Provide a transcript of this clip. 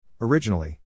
Originally